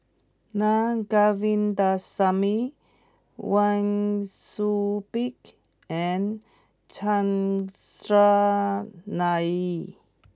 Naa Govindasamy Wang Sui Pick and Chandran Nair